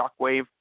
shockwave